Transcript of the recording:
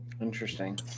interesting